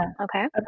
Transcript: Okay